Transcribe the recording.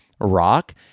rock